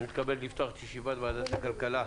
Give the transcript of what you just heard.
אני מתכבד לפתוח את ישיבת ועדת הכלכלה,